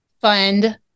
fund